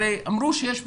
הרי אמרו שיש פתרונות.